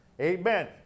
Amen